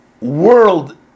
world